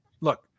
look